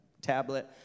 tablet